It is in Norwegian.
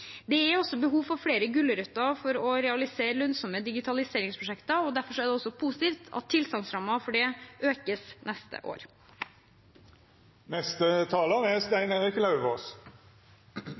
Det er også behov for flere gulrøtter for å realisere lønnsomme digitaliseringsprosjekter, og derfor er det også positivt at tilsagnsrammen for det økes neste år. Kommunen er